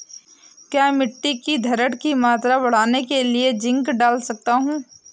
क्या मिट्टी की धरण की मात्रा बढ़ाने के लिए जिंक डाल सकता हूँ?